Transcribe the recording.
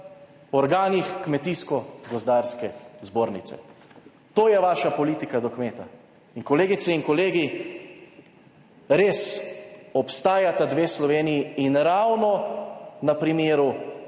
organih Kmetijsko-gozdarske zbornice. To je vaša politika do kmeta. In kolegice in kolegi, res obstajata dve Sloveniji. In ravno na primeru